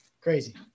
crazy